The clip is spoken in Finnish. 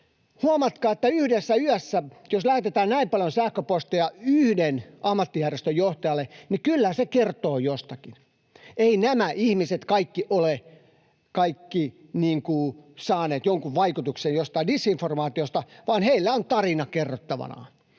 Huomatkaa, että jos yhdessä yössä lähetetään näin paljon sähköposteja yhden ammattijärjestön johtajalle, niin kyllä se kertoo jostakin. Eivät kaikki nämä ihmiset ole saaneet jotain vaikutusta jostain disinformaatiosta, vaan heillä on tarina kerrottavanaan.